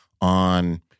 on